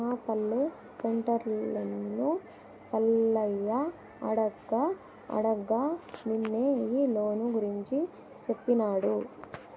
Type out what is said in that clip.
మా పల్లె సెంటర్లున్న పుల్లయ్య అడగ్గా అడగ్గా నిన్నే ఈ లోను గూర్చి సేప్పినాడు